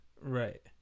Right